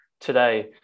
today